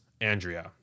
Andrea